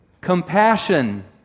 compassion